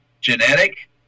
genetic